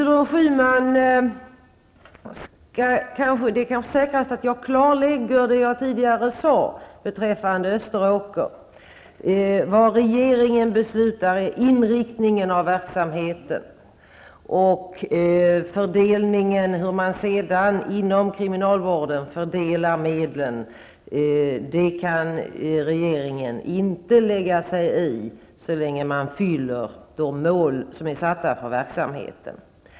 Det är kanske säkrast att jag för Gudrun Schyman klarlägger det som jag tidigare sade beträffande Österåker. Vad regeringen fattar beslut om är inriktningen av verksamheten. Hur man sedan inom kriminalvården fördelar medlen kan regeringen inte lägga sig i så länge de mål som är satta för verksamheten uppfylls.